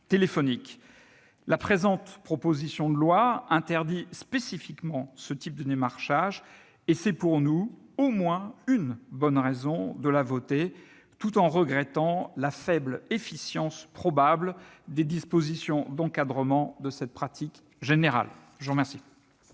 téléphonique. La présente proposition de loi interdit spécifiquement ce type de démarchage et c'est pour nous au moins une bonne raison de la voter, tout en regrettant la faible efficience probable des dispositions d'encadrement de cette pratique générale.